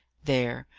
there!